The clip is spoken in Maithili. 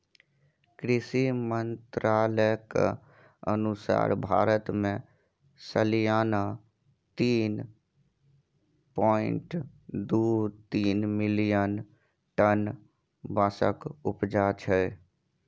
कृषि मंत्रालयक अनुसार भारत मे सलियाना तीन पाँइट दु तीन मिलियन टन बाँसक उपजा छै